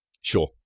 Sure